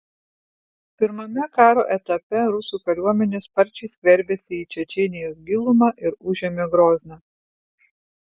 pirmame karo etape rusų kariuomenė sparčiai skverbėsi į čečėnijos gilumą ir užėmė grozną